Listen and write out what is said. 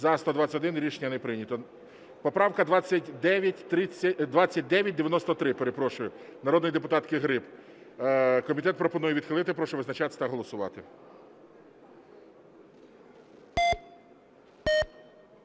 За-121 Рішення не прийнято. Поправка 29… 2993, перепрошую, народної депутатки Гриб. Комітет пропонує відхилити. Прошу визначатись та голосувати.